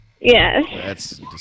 Yes